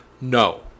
No